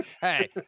Hey